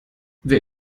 wer